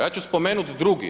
Ja ću spomenuti drugi.